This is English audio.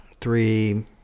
three